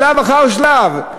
שלב אחר שלב.